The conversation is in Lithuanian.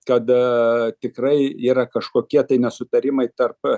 kad tikrai yra kažkokie tai nesutarimai tarp